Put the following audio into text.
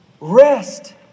Rest